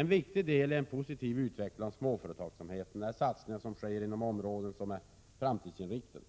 En viktig deli en positiv utveckling av småföretagsamheten är de satsningar som sker inom områden som är framtidsinriktade.